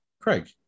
Craig